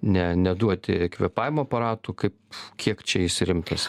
ne neduoti kvėpavimo aparatų kaip kiek čia jis rimtas